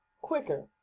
quicker